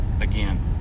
again